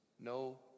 No